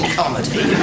comedy